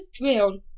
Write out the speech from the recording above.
drill